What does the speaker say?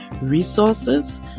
resources